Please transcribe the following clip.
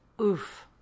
Oof